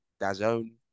Dazone